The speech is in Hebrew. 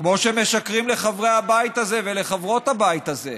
כמו שמשקרים לחברי הבית הזה ולחברות הבית הזה,